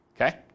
Okay